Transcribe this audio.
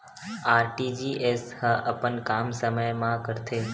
RTGS ह अपन काम समय मा करथे?